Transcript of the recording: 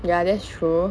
ya that's true